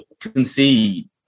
concede